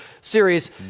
series